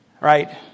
Right